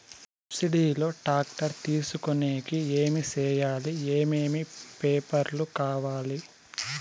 Subsidy లో tractor తీసుకొనేకి ఏమి చేయాలి? ఏమేమి పేపర్లు కావాలి?